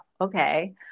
Okay